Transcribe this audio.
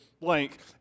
blank